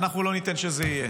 ואנחנו לא ניתן שזה יהיה.